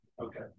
okay